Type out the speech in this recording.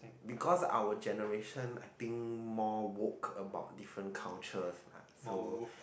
because our generation I think more woke about different cultures ah so